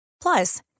Plus